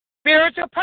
Spiritual